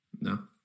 no